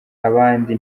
abandi